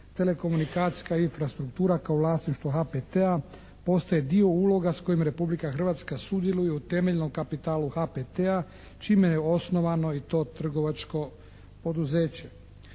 telekomunikacijska infrastruktura kao vlasništvo HPT-a postaje dio uloga s kojim Republika Hrvatska sudjeluje u temeljnom kapitalu HPT-a čime je osnovano i to trgovačko poduzeće.